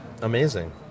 amazing